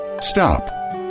Stop